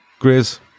Grizz